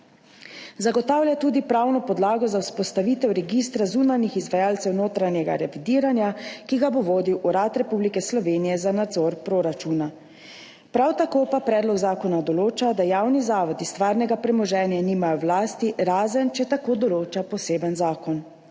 Zagotavlja tudi pravno podlago za vzpostavitev registra zunanjih izvajalcev notranjega revidiranja, ki ga bo vodil Urad Republike Slovenije za nadzor proračuna. Prav tako pa predlog zakona določa, da javni zavodi stvarnega premoženja nimajo v lasti, razen če tako določa poseben zakon.